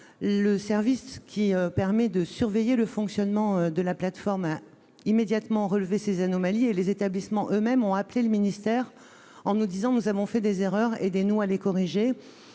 Le service qui permet de surveiller le fonctionnement de la plateforme a immédiatement relevé ces anomalies et les établissements eux-mêmes ont appelé le ministère pour signaler les erreurs et obtenir une aide pour les corriger.